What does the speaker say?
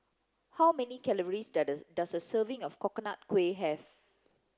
how many calories does the does a serving of coconut kuih have